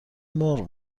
مرغ